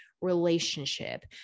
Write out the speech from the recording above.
relationship